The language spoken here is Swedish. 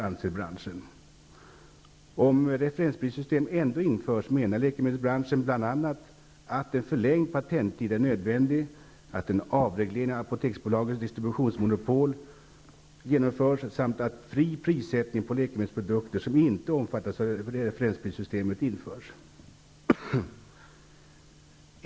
Om ett referensprissystem ändå införs menar läkemedelsbranschen bl.a. att en förlängd patenttid är nödvändig, att en avreglering av Apoteksbolagets distributionsmonopol genomförs och att fri prissättning på läkemedelsprodukter som inte omfattas av referensprissystemet införs.